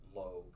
low